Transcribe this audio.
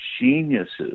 geniuses